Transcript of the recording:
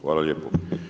Hvala lijepo.